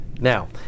now